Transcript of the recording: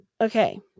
Okay